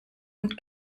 und